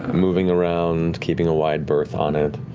moving around keeping a wide berth on it.